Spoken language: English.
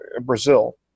Brazil